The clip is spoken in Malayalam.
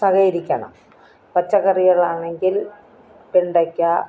സഹകരിക്കണം പച്ചക്കറികളാണെങ്കിൽ വെണ്ടയ്ക്ക